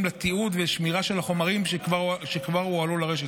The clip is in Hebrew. לתיעוד ושמירה של החומרים שכבר הועלו לרשת.